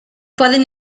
poden